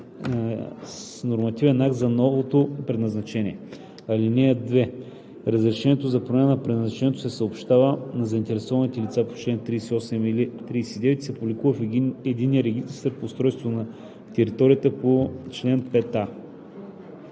с нормативен акт за новото предназначение. (2) Разрешението за промяна на предназначението се съобщава на заинтересуваните лица по чл. 38 или 39 и се публикува в Единния публичен регистър по устройство на територията по чл. 5а.“